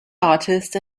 artist